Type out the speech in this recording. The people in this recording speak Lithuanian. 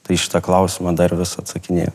tai šitą klausimą dar vis atsakinėju